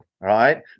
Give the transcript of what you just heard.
right